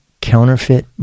counterfeit